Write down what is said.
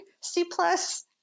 C-plus